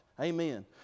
Amen